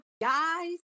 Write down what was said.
guys